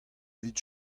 evit